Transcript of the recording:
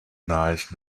nice